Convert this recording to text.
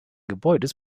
gebäudes